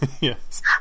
Yes